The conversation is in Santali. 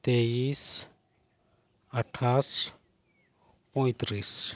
ᱛᱮᱭᱤᱥ ᱟᱴᱷᱟᱥ ᱯᱚᱸᱭᱛᱨᱤᱥ